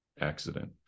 accident